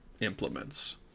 implements